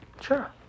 Sure